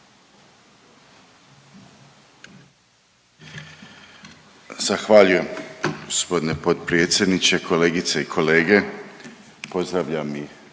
Zahvaljujem g. potpredsjedniče. Kolegice i kolege, pozdravljam i